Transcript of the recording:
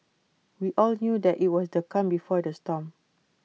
we all knew that IT was the calm before the storm